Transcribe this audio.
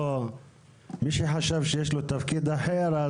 מי שחשב שיש לו תפקיד אחר,